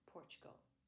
Portugal